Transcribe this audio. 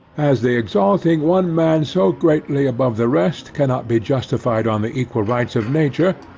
as the exalting one man so greatly above the rest cannot be justified on the equal rights of nature,